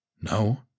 No